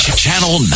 Channel